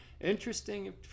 Interesting